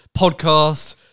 podcast